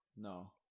No